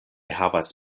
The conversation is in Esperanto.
havas